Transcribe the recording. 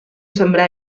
sembrar